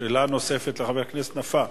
שאלה נוספת לחבר הכנסת נפאע.